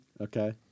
Okay